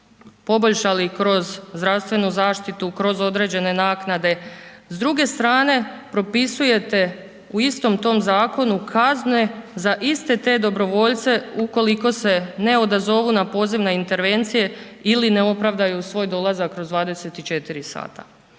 poboljšali kroz zdravstvenu zaštitu, kroz određene naknade. S druge strane, propisujete u istom tom zakonu kazne za iste te dobrovoljce ukoliko se ne odazovu na poziv na intervencije ili ne opravdaju svoj dolazak kroz 24 sata.